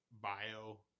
Bio